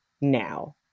now